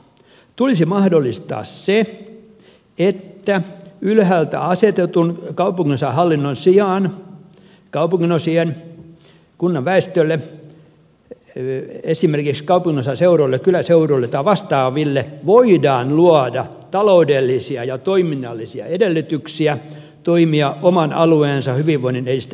tulisi mahdollistaa se että ylhäältä asetetun kaupunginosahallinnon sijaan kaupunginosien väestölle esimerkiksi kaupunginosaseuroille kyläseuroille tai vastaaville voidaan luoda taloudellisia ja toiminnallisia edellytyksiä toimia oman alueensa hyvinvoinnin edistämiseksi